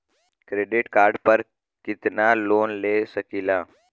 Credit card पर कितनालोन ले सकीला?